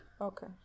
Okay